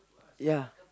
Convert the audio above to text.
ya